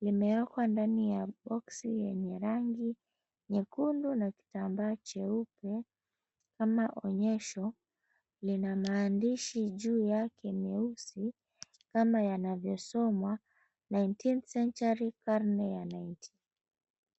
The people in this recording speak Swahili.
limewekwa ndani ya boksi yenye rangi nyekundu na kitambaa cheupe kama onyesho. Lina mahandishi juu yake meusi kama yanavyosomwa, 19th Cen, tury karne ya 90.